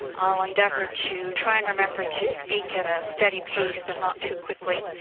i'll endeavor to try and remember to speak at a steady pace and not too quickly.